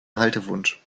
haltewunsch